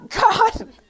God